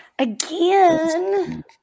again